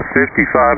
55